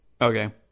okay